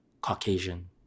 caucasian